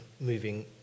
moving